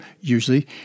usually